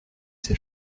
ses